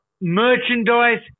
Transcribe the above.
merchandise